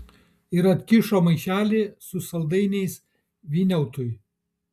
ir atkišo maišelį su saldainiais vyniautui